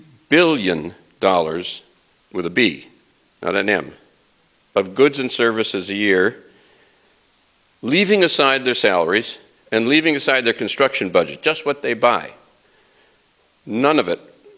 billion dollars with a b and m of goods and services a year leaving aside their salaries and leaving aside their construction budget just what they buy none of it